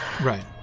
Right